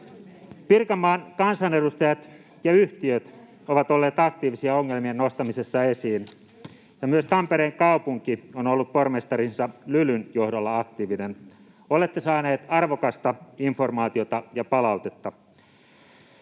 Pirkanmaan kansanedustajat ja yhtiöt ovat olleet aktiivisia ongelmien nostamisessa esiin, ja myös Tampereen kaupunki on ollut pormestarinsa Lylyn johdolla aktiivinen. Olette saanut arvokasta informaatiota ja palautetta.